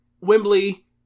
Wembley